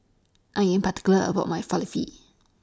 I Am particular about My Falafel